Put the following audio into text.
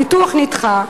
הניתוח נדחה.